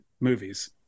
movies